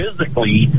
physically